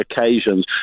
occasions